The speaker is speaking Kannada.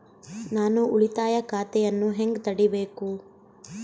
ನಾನು ಉಳಿತಾಯ ಖಾತೆಯನ್ನು ಹೆಂಗ್ ತಗಿಬೇಕು?